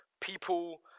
people